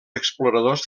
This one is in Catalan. exploradors